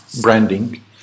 branding